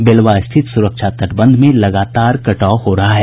बेलवा स्थित सुरक्षा तटबंध में लागातार कटाव हो रहा है